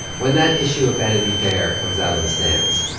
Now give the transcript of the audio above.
when that issue of vanity fair comes out in the stands,